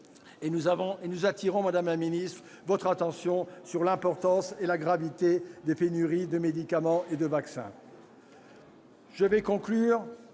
Nous attirons votre attention sur l'importance et la gravité des pénuries de médicaments et de vaccins.